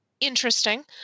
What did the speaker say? interesting